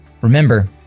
Remember